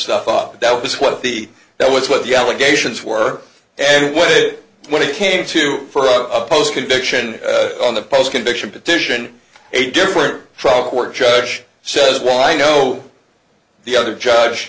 stuff up that was what the that was what the allegations were and what it when it came to for a post conviction on the post conviction petition a different trial court judge says well i know the other judge